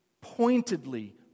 pointedly